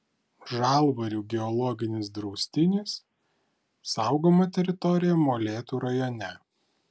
žalvarių geologinis draustinis saugoma teritorija molėtų rajone